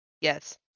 Yes